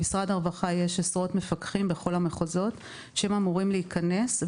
למשרד הרווחה יש עשרות מפקחים בכל המחוזות שאמורים להיכנס.